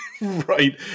right